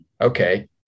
okay